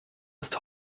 ist